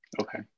Okay